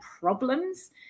problems